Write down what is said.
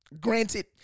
Granted